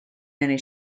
many